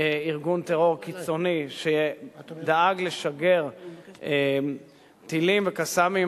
ארגון טרור קיצוני שדאג לשגר טילים ו"קסאמים"